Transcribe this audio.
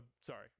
sorry